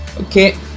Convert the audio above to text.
Okay